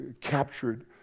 captured